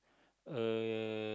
uh